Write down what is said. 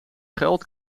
geld